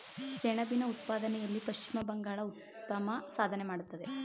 ಸೆಣಬಿನ ಉತ್ಪಾದನೆಯಲ್ಲಿ ಪಶ್ಚಿಮ ಬಂಗಾಳ ಉತ್ತಮ ಸಾಧನೆ ಮಾಡತ್ತದೆ